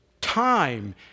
time